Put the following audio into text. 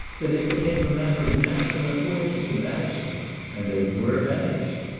that it became a matter of national importance to banish them and they were banished.